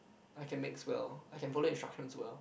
I can mix well I can follow instruction well